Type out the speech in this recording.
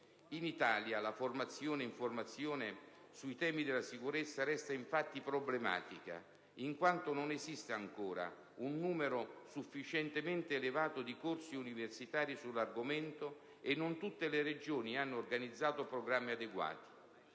In Italia, la formazione-informazione sui temi della sicurezza resta, infatti, problematica, in quanto non esiste ancora un numero sufficientemente elevato di corsi universitari sull'argomento e non tutte le Regioni hanno organizzato programmi adeguati.